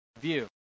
view